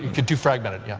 too fragmented. yeah